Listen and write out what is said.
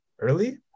early